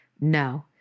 no